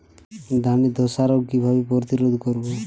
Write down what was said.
ধানে ধ্বসা রোগ কিভাবে প্রতিরোধ করব?